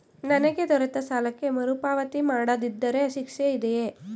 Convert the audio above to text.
ನನಗೆ ದೊರೆತ ಸಾಲಕ್ಕೆ ಮರುಪಾವತಿ ಮಾಡದಿದ್ದರೆ ಶಿಕ್ಷೆ ಇದೆಯೇ?